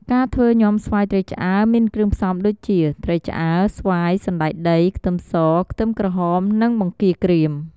ការធ្វើញាំស្វាយត្រីឆ្អើរមានគ្រឿងផ្សុំដូចជា ត្រីឆ្អើរ ស្វាយ សណ្តែកដី ខ្ទឹមស ខ្ទឹមក្រហម និងបង្គារក្រៀម។